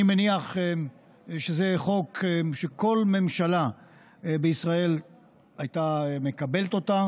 אני מניח שזה יהיה חוק שכל ממשלה בישראל הייתה מקבלת אותו,